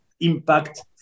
impact